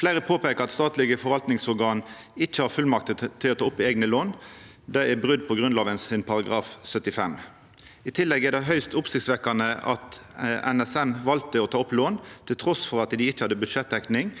Fleire peikar på at statlege forvaltingsorgan ikkje har fullmakt til å ta opp eigne lån. Det er brot på Grunnlova § 75. I tillegg er det høgst oppsiktsvekkjande at NSM valde å ta opp lån, trass i at dei ikkje hadde budsjettdekning